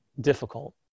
difficult